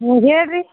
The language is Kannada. ಹ್ಞೂ ಹೇಳಿ ರೀ